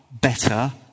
better